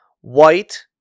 white